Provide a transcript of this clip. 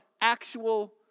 actual